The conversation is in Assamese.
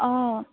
অঁ